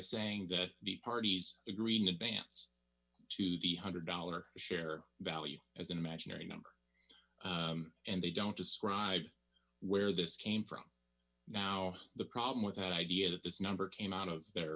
saying that the parties agree in advance to the one hundred dollar share value as an imaginary number and they don't describe where this came from now the problem with that idea that this number came out of their